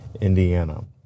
Indiana